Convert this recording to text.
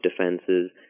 defenses